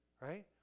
right